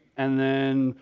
and then.